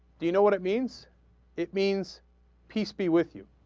you you know what it means it means peace be with you